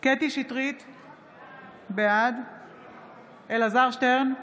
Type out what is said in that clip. קטי קטרין שטרית, בעד אלעזר שטרן,